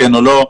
כן או לא,